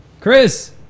Chris